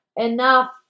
Enough